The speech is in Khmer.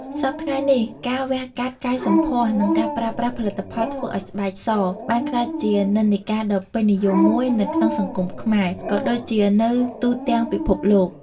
សព្វថ្ងៃនេះ ការវះកាត់កែសម្ផស្ស និងការប្រើប្រាស់ផលិតផលធ្វើឱ្យស្បែកសបានក្លាយជានិន្នាការដ៏ពេញនិយមមួយនៅក្នុងសង្គមខ្មែរ ក៏ដូចជានៅទូទាំងពិភពលោក។